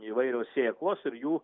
įvairios sėklos ir jų